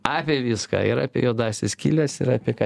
apie viską ir apie juodąsias skyles ir apie ką